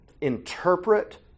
interpret